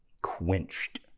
quenched